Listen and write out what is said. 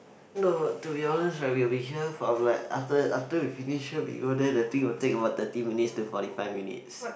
no to be honest right we'll be here from like after after we finish here we go there the thing will take about thirty minutes to forty five minutes